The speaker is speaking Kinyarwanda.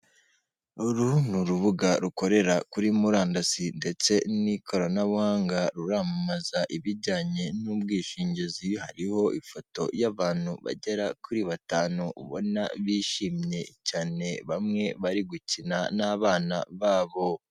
Uru ni urubuga rukorera kuri murandasi ndetse ni ikoranabuhanga, ruramamaza ibijyanye n'ubwishingizi, hariho ifoto y'abantu bagera kuri batanu ubona bishimye cyane, bamwe bari gukina n'abana babo.